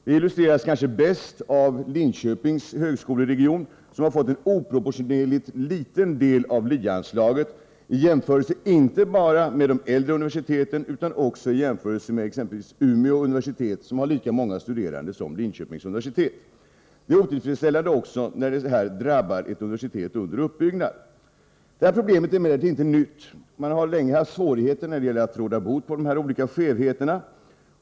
Det illustreras kanske bäst av Linköpings högskoleregion, som har fått en oproportionerligt liten del av LIE-anslaget i jämförelse inte bara med de äldre universiteten utan också i jämförelse med exempelvis Umeå universitet, som har lika många studerande som Linköpings universitet. Det är även otillfredsställande att detta drabbar ett universitet under uppbyggnad. Problemet är emellertid inte nytt. Man har länge haft svårt att råda bot på dessa olika skevheter.